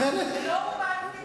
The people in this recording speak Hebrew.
לא, אני מוחה.